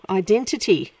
identity